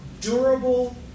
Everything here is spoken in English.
durable